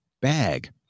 bag